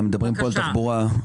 מדברים פה על תחבורה,